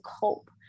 cope